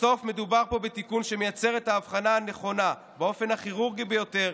בסוף מדובר פה בתיקון שמייצר את ההבחנה הנכונה באופן הכירורגי ביותר,